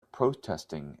protesting